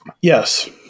Yes